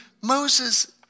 Moses